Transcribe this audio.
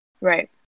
right